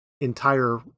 entire